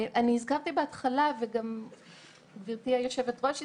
אני הזכרתי בהתחלה וגם גברתי יושבת הראש הזכירה,